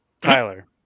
Tyler